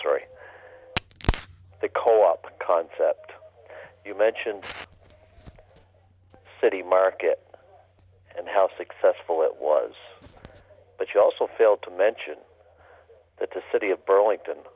sorry the co op concept you mentioned city market and how successful it was but you also fail to mention that the city of burlington